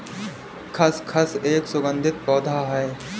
खसखस एक सुगंधित पौधा है